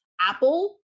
Apple